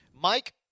Mike